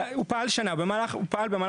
הוא פעל שנה, במהלך שנת